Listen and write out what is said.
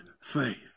faith